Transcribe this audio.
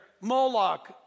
Moloch